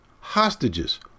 hostages